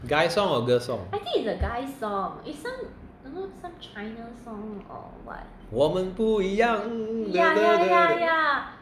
guy song or girl song 我们不一样